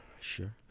sure